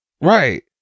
Right